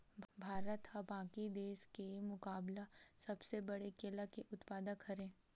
भारत हा बाकि देस के मुकाबला सबले बड़े केला के उत्पादक हरे